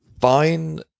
fine